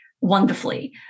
wonderfully